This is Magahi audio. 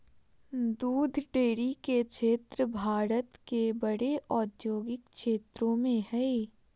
दूध डेरी के क्षेत्र भारत के बड़े औद्योगिक क्षेत्रों में हइ